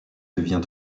devient